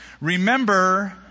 Remember